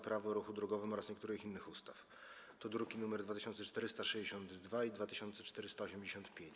Prawo o ruchu drogowym oraz niektórych innych ustaw (druki nr 2462 i 2485)